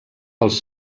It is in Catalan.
pels